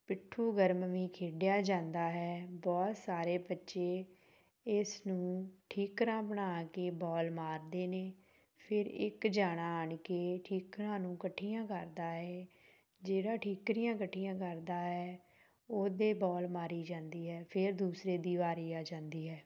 ਪਿੱਠੂ ਗਰਮ ਵੀ ਖੇਡਿਆ ਜਾਂਦਾ ਹੈ ਬਹੁਤ ਸਾਰੇ ਬੱਚੇ ਇਸ ਨੂੰ ਠੀਕਰਾਂ ਬਣਾ ਕੇ ਬੋਲ ਮਾਰਦੇ ਨੇ ਫਿਰ ਇੱਕ ਜਾਣਾ ਆਣ ਕੇ ਠੀਕਰਾਂ ਨੂੰ ਇਕੱਠੀਆਂ ਕਰਦਾ ਏ ਜਿਹੜਾ ਠੀਕਰੀਆਂ ਇਕੱਠੀਆਂ ਕਰਦਾ ਹੈ ਉਹਦੇ ਬੋਲ ਮਾਰੀ ਜਾਂਦੀ ਹੈ ਫਿਰ ਦੂਸਰੇ ਦੀ ਵਾਰੀ ਆ ਜਾਂਦੀ ਹੈ